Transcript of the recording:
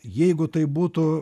jeigu tai būtų